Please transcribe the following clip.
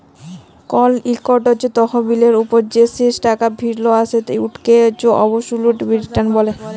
call ইকট তহবিলের উপর যে শেষ টাকা ফিরত আসে উটকে অবসলুট রিটার্ল ব্যলে